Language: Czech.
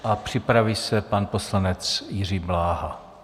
A připraví se pan poslanec Jiří Bláha.